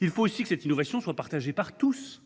L’innovation doit aussi être partagée par tous.